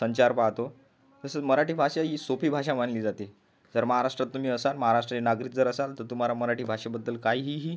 संचार पाहतो तसंच मराठी भाषा ही सोपी भाषा मानली जाते जर महाराष्ट्रात तुम्ही असाल महाराष्ट्रीयन नागरिक जर असाल तर तुम्हाला मराठी भाषेबद्दल काहीही